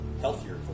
healthier